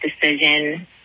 decision